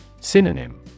Synonym